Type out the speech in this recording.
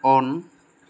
on